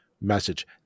message